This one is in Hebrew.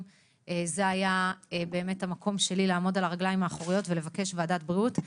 זה היה המקום שלי לעמוד על הרגליים האחוריות ולבקש ועדת בריאות.